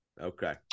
Okay